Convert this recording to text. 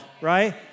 Right